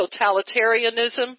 totalitarianism